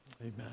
Amen